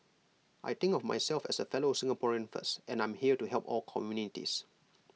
I think of myself as A fellow Singaporean first and I'm here to help all communities